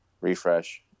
Refresh